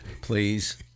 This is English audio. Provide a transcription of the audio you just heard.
please